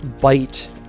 bite